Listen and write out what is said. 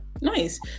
Nice